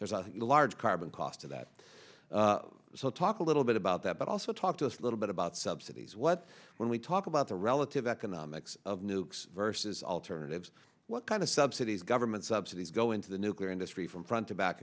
there's a large carbon cost of that so talk a little bit about that but also talk to us a little bit about subsidies what when we talk about the relative economics of nukes versus alternatives what kind of subsidies government subsidies go into the nuclear industry from front to back